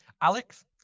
Alex